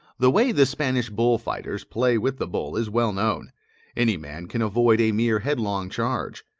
the way the spanish bull-fighters play with the bull, is well known any man can avoid a mere headlong charge.